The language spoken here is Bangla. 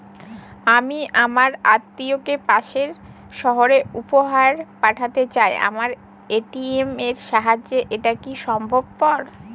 আমি আমার আত্মিয়কে পাশের সহরে উপহার পাঠাতে চাই আমার এ.টি.এম এর সাহায্যে এটাকি সম্ভবপর?